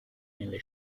nelle